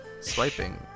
Swiping